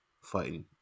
fighting